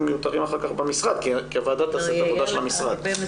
מיותרים במשרד כי הוועדה תעשה את העבודה שלהם.